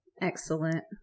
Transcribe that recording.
Excellent